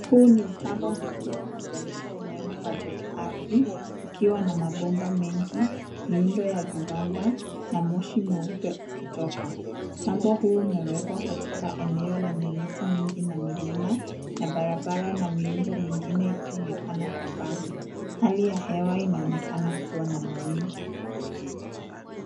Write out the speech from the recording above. Huu ni mtambo mkubwa wa kuzalisha umeme wa joto ardhi. Ukiwa na mabomba mengi, miundo ya viwanda na moshi mweupe ukitoka. Mtambo huu umewekwa katika eneo lenye miti mingi na milima, na barabara na miundo mingine ikionekana kwa mbali. Hali ya hewa inaonekana kuwa na mawingu.